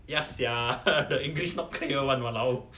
ya sia the english not clear [one] !walao!